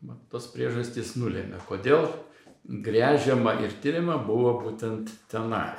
na tos priežastys nulėmė kodėl gręžiama ir tiriama buvo būtent tenai